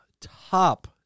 top